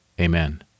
Amen